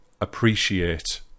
appreciate